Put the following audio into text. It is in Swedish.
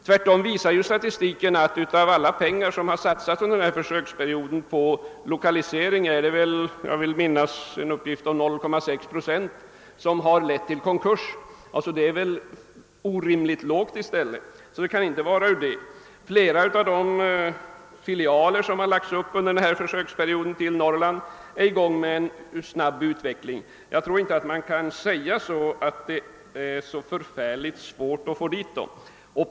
Tvärtom visar statistiken att av alla pengar som under försöksperioden satsats på lokaliseringar, är det — om jag minns uppgifterna rätt — endast 0,6 procent som använts för företagsamhet som lett till konkurser. Det är väl i stället orimligt litet. Flera av de filialer som under denna försöksperiod lokaliserats till Norrland befinner sig i snabb utveckling. Jag tror inte att man kan säga att det är så förfärligt svårt att lokalisera företag till Norrland.